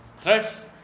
threats